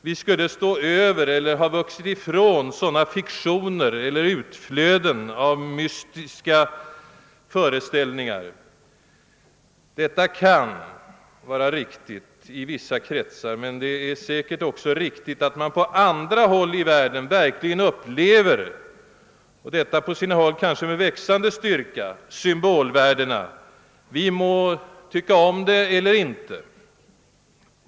Vi skulle stå över eller ha vuxit ifrån sådana fiktioner eller utflöden av mystiska föreställningar. Detta kan vara riktigt i vissa kretsar, men det är säkert också riktigt att man på andra håll i världen verkligen upplever — på sina håll med växande styrka — symbolvärdena. Vi må tycka om det eller inte.